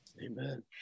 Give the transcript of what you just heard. Amen